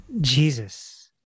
Jesus